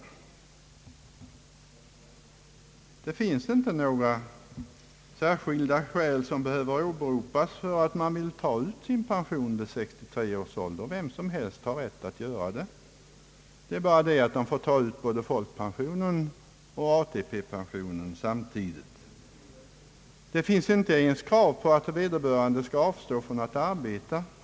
Man behöver inte åberopa några särskilda skäl för att ta ut sin pension vid 63 års ålder. Det kan vem som helst göra. Men då får man ta ut både folkpensionen och ATP-pensionen samtidigt. Det föreligger inte ens några krav på att vederbörande skall avstå från att arbeta i en sådan situation.